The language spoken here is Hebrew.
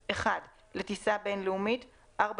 (check, in) (1) לטיסה בין-לאומית 4